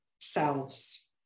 selves